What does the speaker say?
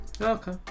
Okay